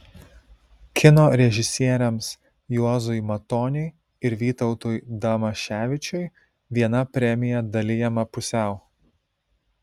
kino režisieriams juozui matoniui ir vytautui damaševičiui viena premija dalijama pusiau